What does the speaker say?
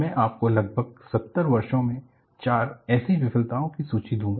मैं आपको लगभग 70 वर्षों में 4 ऐसी विफलताओं की सूची दूंगा